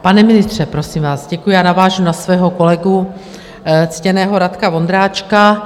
Pane ministře, prosím vás děkuji, já navážu na svého kolegu ctěného Radka Vondráčka.